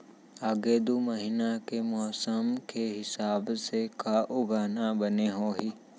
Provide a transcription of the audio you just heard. आगे दू महीना के मौसम के हिसाब से का उगाना बने होही?